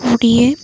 କୋଡ଼ିଏ